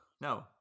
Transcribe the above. No